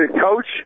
Coach